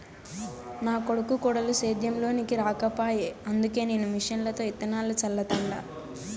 నా కొడుకు కోడలు సేద్యం లోనికి రాకపాయె అందుకే నేను మిషన్లతో ఇత్తనాలు చల్లతండ